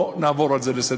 לא נעבור על זה לסדר-היום.